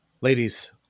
Ladies